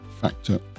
factor